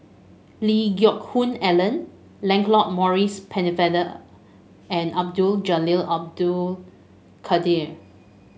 Lee Geck Hoon Ellen Lancelot Maurice Pennefather and Abdul Jalil Abdul Kadir